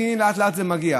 והינה לאט-לאט זה מגיע.